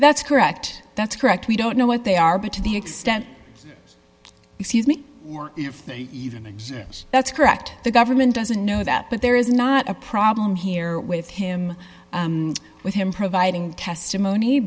that's correct that's correct we don't know what they are but to the extent he sees me or if they even exist that's correct the government doesn't know that but there is not a problem here with him with him providing testimony